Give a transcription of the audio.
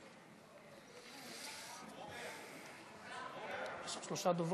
שלוש דקות לרשותך, אדוני.